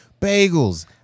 bagels